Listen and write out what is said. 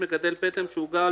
" המגדל, או בן זוגו,